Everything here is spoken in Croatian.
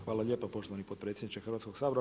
Hvala lijepa poštovani potpredsjedniče Hrvatskog sabora.